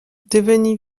devenu